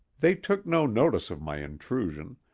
they took no notice of my intrusion,